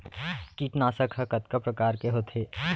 कीटनाशक ह कतका प्रकार के होथे?